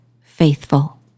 faithful